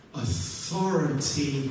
authority